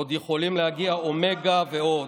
ועוד יכולים להגיע אומגה ועוד.